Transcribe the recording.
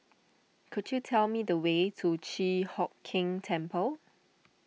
could you tell me the way to Chi Hock Keng Temple